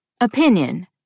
Opinion